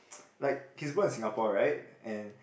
like he is born in Singapore right and